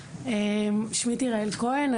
שמי תירא-אל כהן,